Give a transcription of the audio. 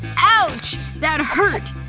ouch. that hurt.